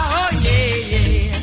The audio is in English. oh-yeah-yeah